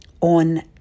on